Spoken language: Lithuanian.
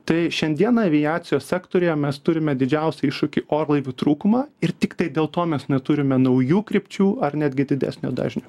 tai šiandieną aviacijos sektoriuje mes turime didžiausią iššūkį orlaivių trūkumą ir tiktai dėl to mes neturime naujų krypčių ar netgi didesnio dažnio